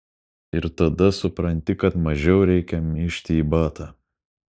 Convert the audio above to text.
ir tada supranti kad mažiau reikia myžti į batą